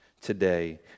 today